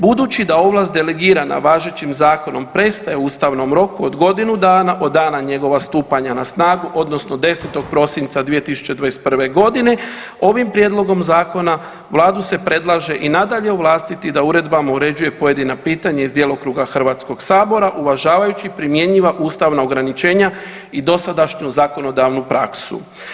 Budući da ovlast delegirana važećim zakonom prestaje u ustavnom roku od godinu dana od dana njegova stupanja na snagu odnosno 10. prosinca 2021.g. ovim prijedlogom zakona vladu se predlaže i nadalje ovlastiti da uredbama uređuje pojedina pitanja iz djelokruga HS-a uvažavajući primjenjiva ustavna ograničenja i dosadašnju zakonodavnu praksu.